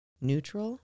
neutral